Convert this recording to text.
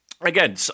again